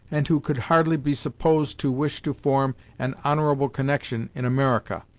and who could hardly be supposed to wish to form an honorable connection in america,